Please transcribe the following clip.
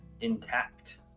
intact